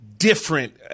different